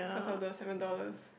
cause of the seven dollars